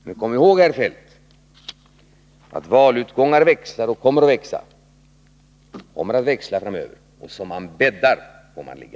Men kom ihåg, herr Feldt, att valutgångar växlar och kommer att växla framöver. Som man bäddar får man ligga.